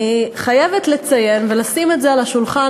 אני חייבת לציין ולשים את זה על השולחן,